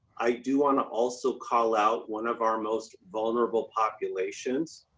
i do want to also call out one of our most vulnerable populations,